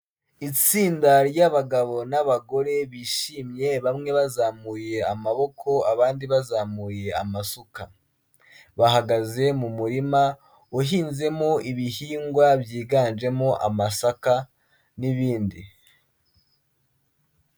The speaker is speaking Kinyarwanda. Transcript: Itsinda ry'abagabo n'abagore bishimye bamwe bazamuye amaboko abandi bazamuye amasuka, bahagaze mu murima uhinzemo ibihingwa byiganjemo amasaka n'ibindi.